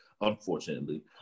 unfortunately